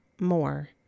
more